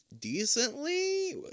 decently